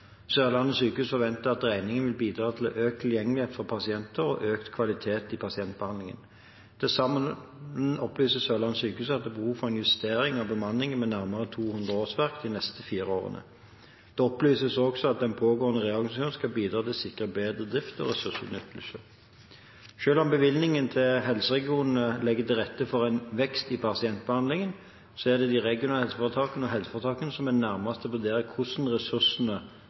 Sørlandet sykehus forventer at dreiningen vil bidra til økt tilgjengelighet for pasienter og økt kvalitet i pasientbehandlingen. Til sammen opplyser Sørlandet sykehus at det er behov for en justering av bemanningen med nærmere 200 årsverk de neste fire årene. Det opplyses også at den pågående reorganiseringen skal bidra til å sikre bedre drift og ressursutnyttelse. Selv om bevilgningene til helseregionene legger til rette for en vekst i pasientbehandlingen, er det de regionale helseforetakene og helseforetakene som er de nærmeste til å vurdere hvordan ressursene